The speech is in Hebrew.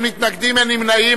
אין מתנגדים, אין נמנעים.